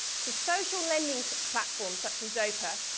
to social lending platforms such as zopa,